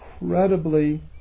incredibly